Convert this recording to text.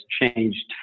changed